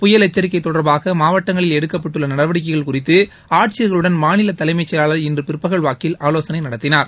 புயல் எச்சரிக்கை தொடர்பாக மாவட்டங்களில் எடுக்கப்பட்டுள்ள நடவடிக்கைகள் மித்து ஆட்சியர்களுடன் மாநில தலைமைச்செயலாளர் இன்று பிற்பகல் வாக்கில் ஆலோசனை நடத்தினார்